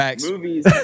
Movies